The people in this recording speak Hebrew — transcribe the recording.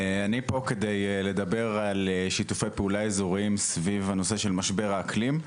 אני פה כדי לדבר על שיתופי פעולה אזוריים סביב נושא משבר האקלים.